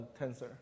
tensor